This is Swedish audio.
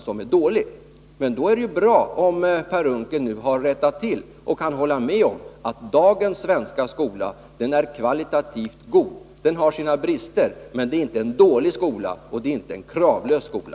Det är därför bra om Per Unckel nu kan hålla med om att dagens svenska skola är kvalitativt god. Den har sina brister, men det är inte en dålig skola och det är inte en kravlös skola.